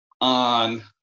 on